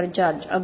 George अगदी